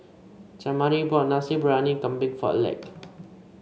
Jamari bought Nasi Briyani Kambing for Aleck